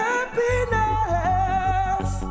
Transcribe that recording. Happiness